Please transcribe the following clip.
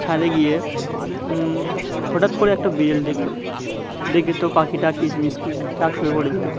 ছাঁদে গিয়ে হঠাৎ করে একটা বিড়াল দেখল দেখে তো পাখিটা কিচমিচ ডাক শুরু পড় দিল